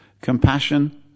Compassion